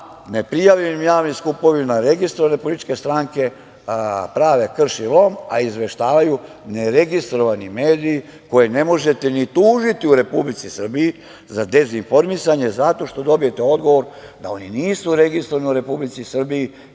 neprijavljenim javnim skupovima, registrovane političke stranke prave krš i lom a izveštavaju neregistrovani mediji koje ne možete ni tužiti u Republici Srbiji za dezinformisanje, zato što dobijete odgovor da oni nisu registrovani u Republici Srbiji